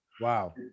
wow